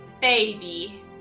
baby